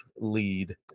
lead